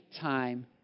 time